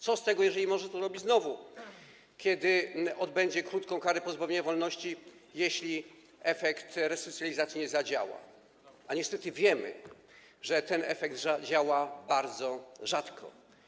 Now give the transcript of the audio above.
Co z tego, jeżeli może to robić znowu, kiedy odbędzie krótką karę pozbawienia wolności, jeśli efekt resocjalizacji nie zadziała, a niestety wiemy, że ten efekt działa bardzo rzadko.